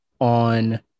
on